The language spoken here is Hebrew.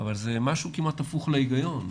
אבל זה משהו כמעט הפוך להיגיון,